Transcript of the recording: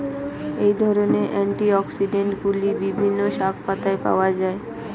এই ধরনের অ্যান্টিঅক্সিড্যান্টগুলি বিভিন্ন শাকপাতায় পাওয়া য়ায়